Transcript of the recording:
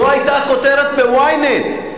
זו היתה הכותרת ב-Ynet,